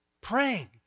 praying